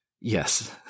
Yes